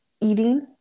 eating